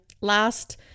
last